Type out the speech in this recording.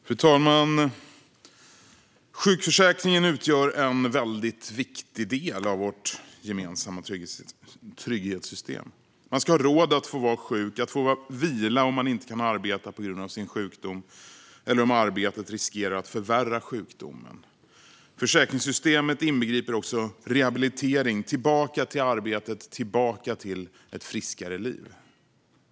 Fru talman! Sjukförsäkringen utgör en väldigt viktig del av vårt gemensamma trygghetssystem. Man ska ha råd att få vara sjuk och att få vila om man inte kan arbeta på grund av sin sjukdom eller om arbetet riskerar att förvärra sjukdomen. Försäkringssystemet inbegriper också rehabilitering tillbaka till arbetet och tillbaka till ett friskare liv.